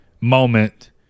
moment